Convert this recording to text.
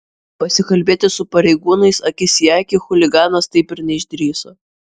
pasikalbėti su pareigūnais akis į akį chuliganas taip ir neišdrįso